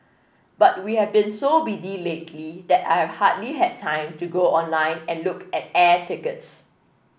but we have been so busy lately that I have hardly had time to go online and look at air tickets